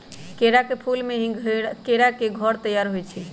केरा के फूल से ही केरा के घौर तइयार होइ छइ